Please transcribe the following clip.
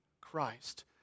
Christ